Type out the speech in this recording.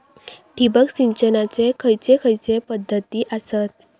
ठिबक सिंचनाचे खैयचे खैयचे पध्दती आसत?